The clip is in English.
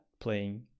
playing